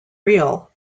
real